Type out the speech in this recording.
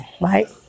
right